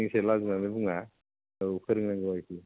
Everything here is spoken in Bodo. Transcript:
जोंसो लाजिनानै बुङा औ फोरोंनांगौ आरिखि